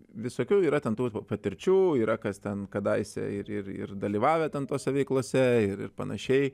visokių yra ten tokių patirčių yra kas ten kadaise ir ir dalyvavę ten tose veiklose ir ir panašiai